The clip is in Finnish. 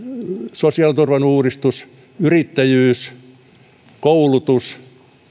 sosiaaliturvan uudistus yrittäjyys ja koulutus